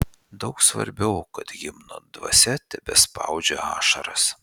daug svarbiau kad himno dvasia tebespaudžia ašaras